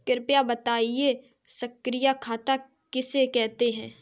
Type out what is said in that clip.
कृपया बताएँ सक्रिय खाता किसे कहते हैं?